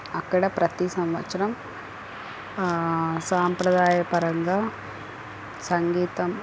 అక్కడ ప్రతీ సంవత్సరం సాంప్రదాయ పరంగా సంగీతం